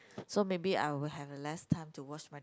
so maybe I will have less time to watch my